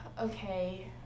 Okay